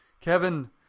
Kevin